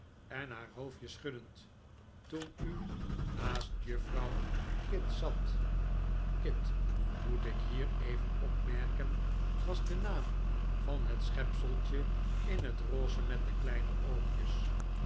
en haar hoofdje schuddend toen u naast juffrouw kitt zat kitt moet ik hier even opmerken was de naam van het schepseltje in het rose met de kleine oogjes